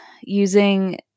using